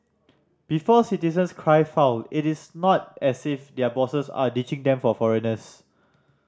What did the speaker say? before citizens cry foul it is not as if their bosses are ditching them for foreigners